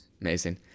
Amazing